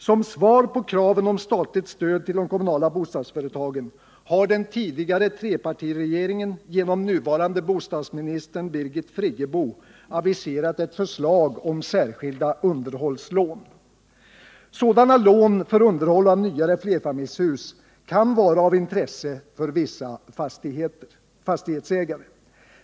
Som svar på kraven om statligt stöd till de kommunala bostadsföretagen har den tidigare trepartiregeringen genom nuvarande bostadsministern Birgit Friggebo aviserat ett förslag om särskilda underhållslån. Sådana lån för underhåll av nyare flerfamiljshus kan vara av intresse för vissa fastighetsägare.